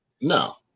No